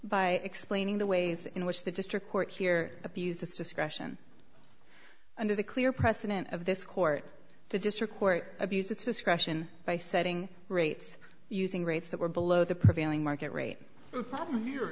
by explaining the ways in which the district court here abused its discretion under the clear precedent of this court the district court abused its discretion by setting rates using rates that were below the prevailing market rate the